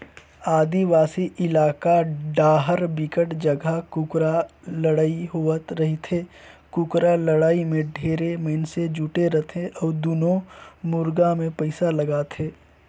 आदिवासी इलाका डाहर बिकट जघा कुकरा लड़ई होवत रहिथे, कुकरा लड़ाई में ढेरे मइनसे जुटे रथे अउ दूनों मुरगा मे पइसा लगाथे